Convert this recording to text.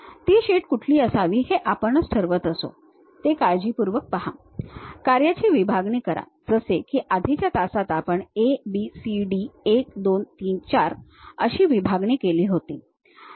ती शीट कुठली असावी हे आपणच ठरवत असतो ते काळजीपूर्वक काढा कार्याची विभागणी करा जसे की आधीच्या तासात आपण a b c d 1 2 3 4 अशी विभागणी केली होती